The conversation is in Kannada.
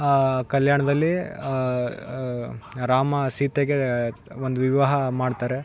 ಆ ಕಲ್ಯಾಣದಲ್ಲಿ ರಾಮ ಸೀತೆಗೆ ಒಂದು ವಿವಾಹ ಮಾಡ್ತಾರೆ